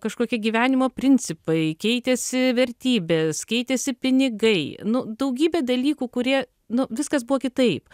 kažkokie gyvenimo principai keitėsi vertybės keitėsi pinigai nu daugybė dalykų kurie nu viskas buvo kitaip